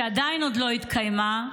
שעדיין לא התקיימה,